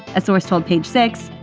a source told page six,